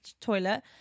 toilet